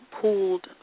pooled